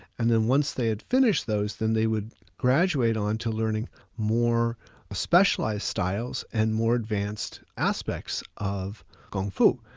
and then once they had finished those, then they would graduate on to learning more specialized styles and more advanced aspects of kung fu.